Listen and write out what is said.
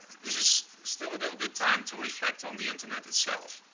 this is still a little bit time to reflect on the internet itself.